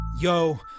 Yo